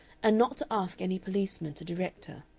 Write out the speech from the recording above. and not to ask any policeman to direct her.